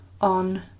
on